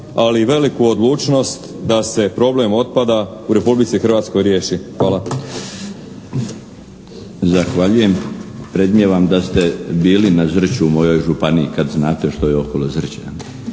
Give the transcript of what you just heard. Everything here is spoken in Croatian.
ali i veliku odlučnost da se problem otpada u Republici Hrvatskoj riješi. Hvala. **Milinović, Darko (HDZ)** Zahvaljujem. Predmnijevam da ste bili na Zrću, u moj županiji kad znate što je okolo Zrća.